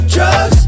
Drugs